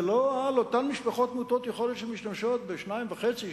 ולא על אותן משפחות מעוטות יכולת שמשתמשות ב-2.5,